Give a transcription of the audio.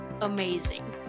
amazing